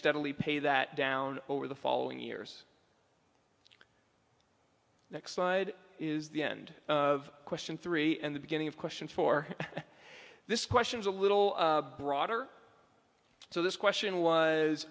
steadily pay that down over the following years next slide is the end of question three and the beginning of question for this question is a little broader so this question was